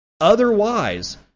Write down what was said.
Otherwise